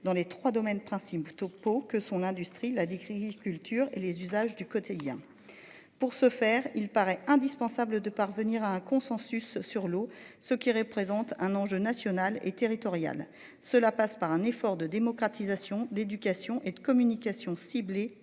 dans les 3 domaines principaux topo que son industrie la décrit culture et les usages du quotidien. Pour ce faire il paraît indispensable de parvenir à un consensus sur l'eau, ce qui représente un enjeu national et territorial. Cela passe par un effort de démocratisation, d'éducation et de communication ciblée